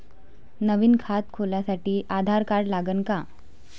नवीन खात खोलासाठी आधार कार्ड लागन का?